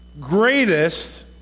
Greatest